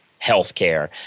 healthcare